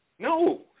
No